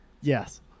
Yes